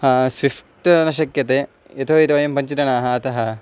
हा स्विफ़्ट् न शक्यते यतोहि तु वयं पञ्चजनाः अतः